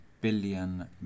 billion